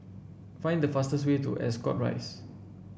find the fastest way to Ascot Rise